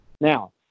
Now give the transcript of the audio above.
Now